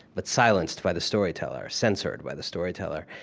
but silenced by the storyteller, or censored by the storyteller.